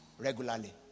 regularly